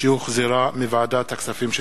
שהחזירה ועדת הכספים.